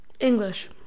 English